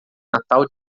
natal